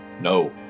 no